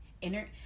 inner